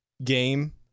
Game